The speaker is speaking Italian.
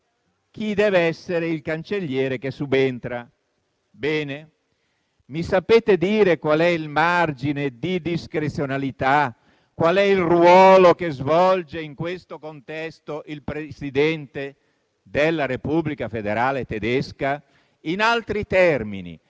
mozione chi gli deve subentrare. Mi sapete dire qual è il margine di discrezionalità e qual è il ruolo che svolge in questo contesto il Presidente della Repubblica federale tedesca? In altri termini,